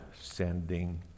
sending